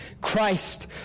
Christ